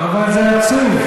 אבל זה עצוב.